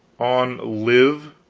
on live.